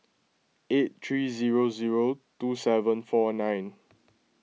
eight three zero zero two seven four nine